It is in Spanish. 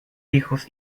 hijos